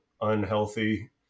unhealthy